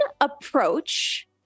approach